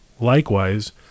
Likewise